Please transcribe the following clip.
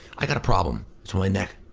i got a problem. it's my neck.